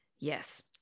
Yes